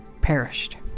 perished